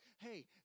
hey